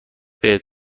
بهت